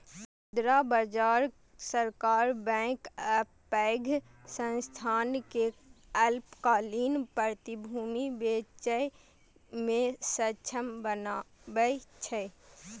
मुद्रा बाजार सरकार, बैंक आ पैघ संस्थान कें अल्पकालिक प्रतिभूति बेचय मे सक्षम बनबै छै